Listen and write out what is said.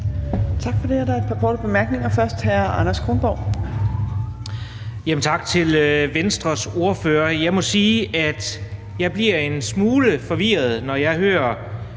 Tak for det. Der er et par korte bemærkninger. Først er det fra hr. Anders Kronborg. Kl. 15:38 Anders Kronborg (S): Tak til Venstres ordfører. Jeg må sige, at jeg bliver en smule forvirret, når jeg hører